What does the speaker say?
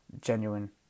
genuine